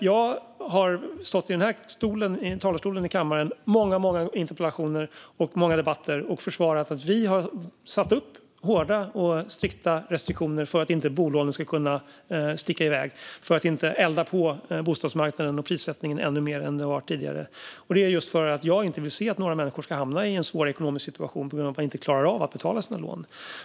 Jag har stått i den här talarstolen i kammaren under många debatter och interpellationsdebatter och försvarat att vi har satt upp hårda och strikta restriktioner för att bolånen inte ska kunna sticka iväg och för att inte elda på bostadsmarknaden och prissättningen ännu mer än tidigare. Det är just för att jag inte vill se att några människor ska hamna i en svår ekonomisk situation på grund av att de inte klarar av att betala sina lån.